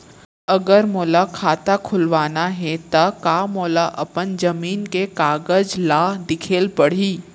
अगर मोला खाता खुलवाना हे त का मोला अपन जमीन के कागज ला दिखएल पढही?